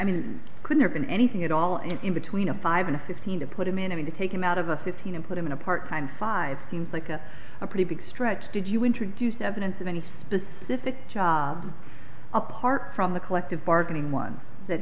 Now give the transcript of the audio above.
mean could there been anything at all and in between a five and a fifteen to put him in and to take him out of a fifteen and put him in a part time five seems like a pretty big stretch did you introduce evidence of any specific job apart from the collective bargaining one that